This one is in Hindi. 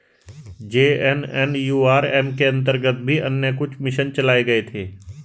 जे.एन.एन.यू.आर.एम के अंतर्गत भी अन्य कुछ मिशन चलाए गए थे